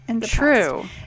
True